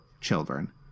children